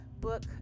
book